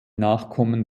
nachkommen